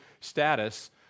status